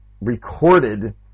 recorded